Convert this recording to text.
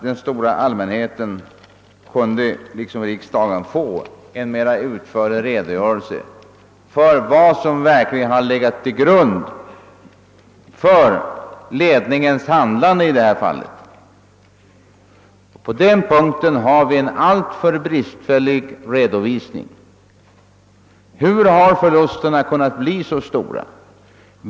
Den skulle visa vad som verkligen har legat till grund för företagsledningens handlande. På detta område har vi nu en alltför bristfällig redovisning. Hur har förlusterna kunnat bli så stora?